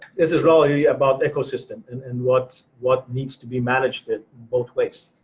this is really about ecosystem and and what what needs to be managed it both ways.